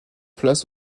place